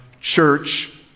church